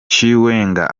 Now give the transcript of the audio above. chiwenga